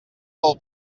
del